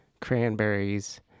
Cranberries